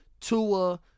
Tua